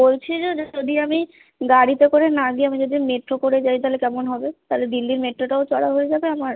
বলছি যদি আমি গাড়িতে করে না গিয়ে আমি যদি মেট্রো করে যাই তাহলে কেমন হবে তালে দিল্লির মেট্রোটাও চড়া হয়ে যাবে আমার